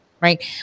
Right